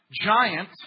giant